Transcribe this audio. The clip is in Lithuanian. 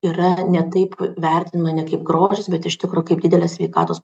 yra ne taip vertinama ne kaip grožis bet iš tikro kaip didelė sveikatos